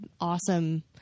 awesome